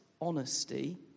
honesty